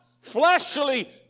fleshly